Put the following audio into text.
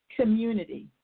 community